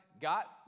got